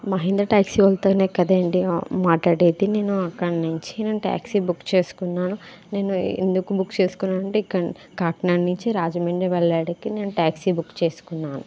Mahindra taxi వాలాతోనే కదా అండి మాట్లాడేది నేను అక్కడినుంచి నేను టాక్సీ బుక్ చేసుకున్నాను నేను ఎందుకు బుక్ చేసుకొని అంటే కాకినాడ నుంచి రాజమండ్రి వెళ్ళాడానికి నేను టాక్సీ బుక్ చేసుకున్నాను